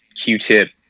Q-tip